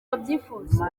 babyifuza